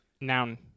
Noun